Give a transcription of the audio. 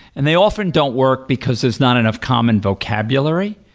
and they often don't work, because there's not enough common vocabulary.